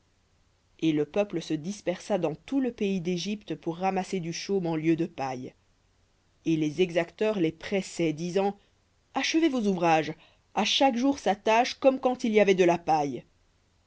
et le peuple se dispersa dans tout le pays d'égypte pour ramasser du chaume en lieu de paille et les exacteurs les pressaient disant achevez vos ouvrages à chaque jour sa tâche comme quand il y avait de la paille